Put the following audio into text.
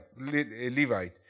Levite